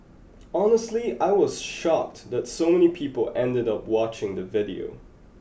honestly I was shocked that so many people ended up watching the video